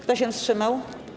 Kto się wstrzymał?